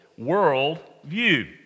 worldview